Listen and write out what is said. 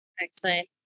Excellent